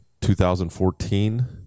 2014